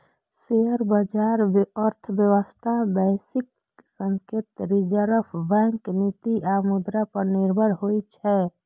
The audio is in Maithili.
शेयर बाजार अर्थव्यवस्था, वैश्विक संकेत, रिजर्व बैंकक नीति आ मुद्रा पर निर्भर होइ छै